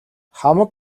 хамаг